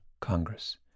Congress